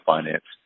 Finance